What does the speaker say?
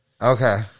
Okay